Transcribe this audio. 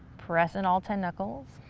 press in all ten knuckles.